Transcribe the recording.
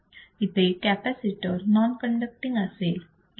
इथे capacitor non conducting असेल